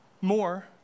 More